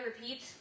Repeat